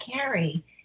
carry